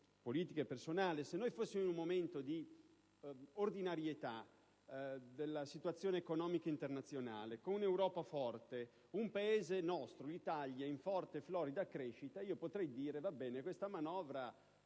politica e personale. Se fossimo in un momento di ordinarietà della situazione economica internazionale, con un'Europa forte e il nostro Paese in forte crescita potrei dire che questa manovra,